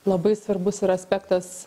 labai svarbus yra aspektas